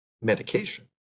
medication